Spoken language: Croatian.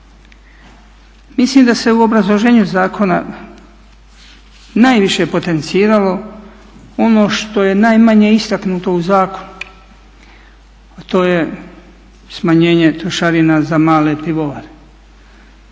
Mislim da se u obrazloženju zakona najviše potenciralo ono što je najmanje istaknuto u zakonu, a to je smanjenje trošarina za male pivovare.